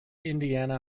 indiana